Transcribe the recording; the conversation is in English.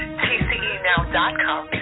tcenow.com